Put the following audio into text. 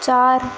चार